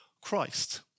Christ